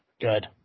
Good